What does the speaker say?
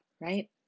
right